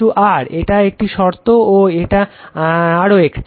r এটা একটি শর্ত ও এটা আর একটি